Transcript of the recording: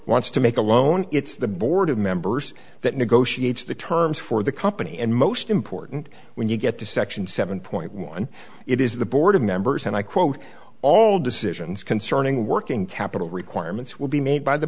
wants to make a loan it's the board of members that negotiates the terms for the company and most important when you get to section seven point one it is the board of members and i quote all decisions concerning working capital requirements will be made by the